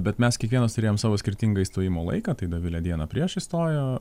bet mes kiekvienas turėjom savo skirtingą įstojimo laiką tai dovilė dieną priešais stojo